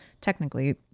technically